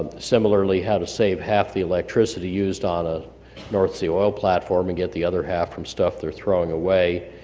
similarly how to save half the electricity used on a north sea oil platform, and get the other half from stuff they're throwing away.